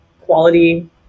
quality